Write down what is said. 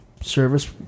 service